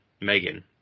Megan